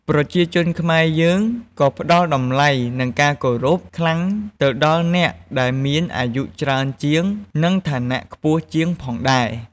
ប្រជាជនខ្មែរ យើងក៏ផ្ដល់តម្លៃ និងការគោរពខ្លាំងទៅដល់អ្នកដែលមានអាយុច្រើនជាង និងឋានៈខ្ពស់ជាងផងដែរ។